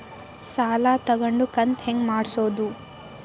ಸಾಲ ತಗೊಂಡು ಕಂತ ಹೆಂಗ್ ಮಾಡ್ಸೋದು?